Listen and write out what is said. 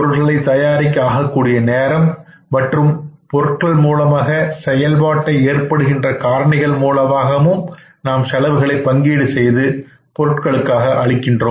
பொருள்களை தயாரிக்க ஆகக்கூடிய நேரம் மற்றும் பொருட்கள் மூலமாகவும் செயல்பாட்டை ஏற்படுகின்ற காரணிகள் மூலமாகவும் நாம் செலவுகளை பங்கீடு செய்து பொருட்களுக்காக அளிக்கின்றோம்